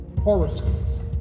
Horoscopes